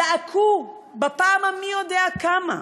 זעקו בפעם המי-יודע-כמה.